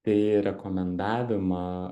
tai rekomendavimą